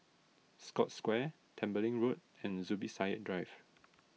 Scotts Square Tembeling Road and Zubir Said Drive